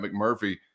McMurphy